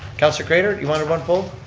councillor craitor, you wanted one pulled?